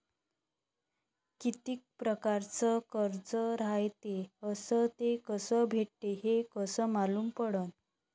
कितीक परकारचं कर्ज रायते अस ते कस भेटते, हे कस मालूम पडनं?